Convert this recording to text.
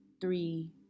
three